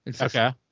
Okay